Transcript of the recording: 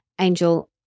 Angel